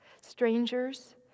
strangers